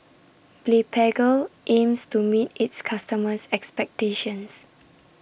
Blephagel aims to meet its customers' expectations